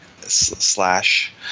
slash